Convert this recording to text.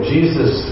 Jesus